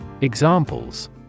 Examples